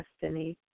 destiny